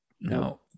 no